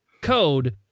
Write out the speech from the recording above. code